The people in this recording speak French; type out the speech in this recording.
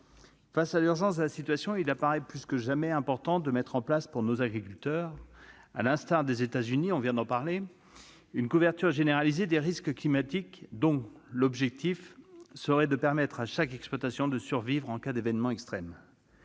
Face à l'urgence de la situation, il apparaît plus que jamais important de mettre en place pour nos agriculteurs, à l'instar de ce qui existe aux États-Unis, une couverture généralisée des risques climatiques dont l'objectif serait de permettre à chaque exploitation de survivre en cas d'événement extrême.